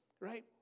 right